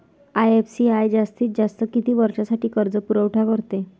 IFCI जास्तीत जास्त किती वर्षासाठी कर्जपुरवठा करते?